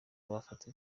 bafata